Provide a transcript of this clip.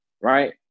right